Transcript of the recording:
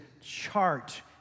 chart